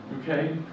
okay